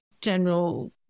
general